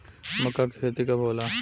मक्का के खेती कब होला?